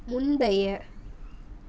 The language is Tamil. முந்தைய